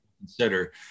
consider